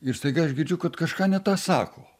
ir staiga aš girdžiu kad kažką ne tą sako